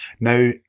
Now